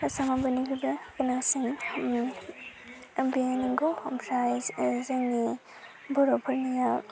आसामाव बयनिख्रुइबो गोनांसिन बेयो नंगौ ओमफ्राय जों जोंनि बर'फोरनिया